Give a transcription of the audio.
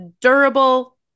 durable